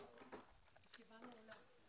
הישיבה נעולה.